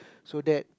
so that